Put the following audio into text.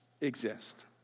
exist